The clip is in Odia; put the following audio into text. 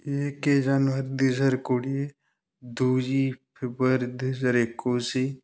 ଏକେ ଜାନୁଆରୀ ଦୁଇ ହଜାର କୋଡ଼ିଏ ଦୁଇ ଫେବୃୟାରୀ ଦୁଇ ହଜାର ଏକୋଇଶି